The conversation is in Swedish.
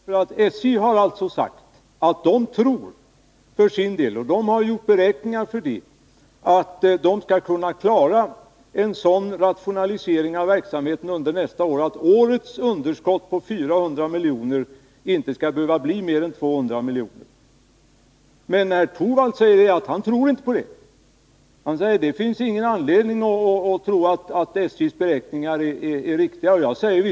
Herr talman! Sparken mot SJ levererades av herr Torwald. Jag har sagt att SJ tror sig om — och har gjort beräkningar på det — att kunna klara en sådan rationalisering av verksamheten att underskottet, som i år är 400 milj.kr., nästa år inte skall behöva bli större än 200 miljoner. Herr Torwald säger att Nr 53 han inte tror på det. Det finns ingen anledning att tro att SJ:s beräkningar är Gö z Onsdagen den riktiga, säger han. Ö ”.